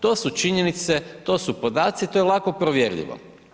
To su činjenice, to su podaci, to je lako provjerljivo.